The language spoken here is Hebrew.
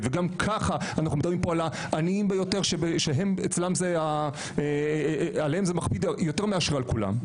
וגם כך אנו מדברים פה על העניים ביותר שעליהם זה מכביד יותר מעל כולם.